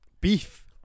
Beef